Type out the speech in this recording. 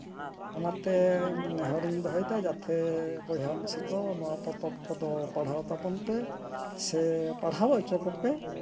ᱚᱱᱟᱛᱮ ᱱᱮᱦᱚᱨᱤᱧ ᱫᱚᱦᱚᱭᱫᱟ ᱡᱟᱛᱮ ᱵᱚᱭᱦᱟ ᱢᱤᱥᱤ ᱠᱚ ᱱᱚᱣᱟ ᱯᱚᱛᱚᱵ ᱠᱚᱫᱚ ᱯᱟᱲᱦᱟᱣ ᱛᱟᱵᱚᱱ ᱯᱮ ᱥᱮ ᱯᱟᱲᱦᱟᱣ ᱚᱪᱚ ᱠᱚᱯᱮ